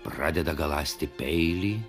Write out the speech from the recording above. pradeda galąsti peilį